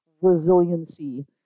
resiliency